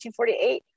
1948